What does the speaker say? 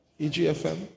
EGFM